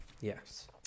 Yes